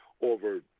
over